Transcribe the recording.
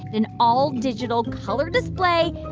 an all-digital color display.